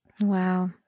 Wow